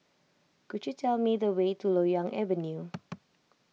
could you tell me the way to Loyang Avenue